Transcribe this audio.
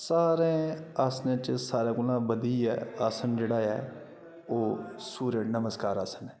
सारें आसनें च सारें कोला बधियै आसन जेह्ड़ा ऐ ओह् सूर्य नमस्कार आसन ऐ